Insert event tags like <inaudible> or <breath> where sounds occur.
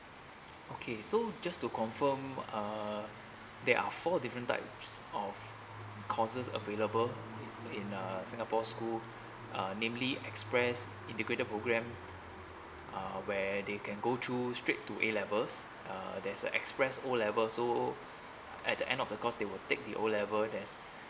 okay so just to confirm uh there are four different types of courses available in in uh singapore school <breath> um namely express integrated program uh where they can go to straight to A levels uh there's a express O level so <breath> at the end of the course they will take the O level there's